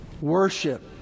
worship